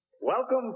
Welcome